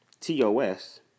TOS